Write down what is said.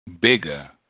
bigger